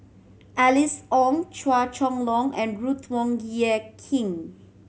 Alice Ong Chua Chong Long and Ruth Wong Hie King